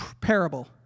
parable